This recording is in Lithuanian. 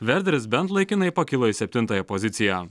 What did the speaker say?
verderis bent laikinai pakilo į septintąją poziciją